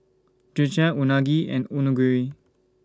Dhokla Unagi and Onigiri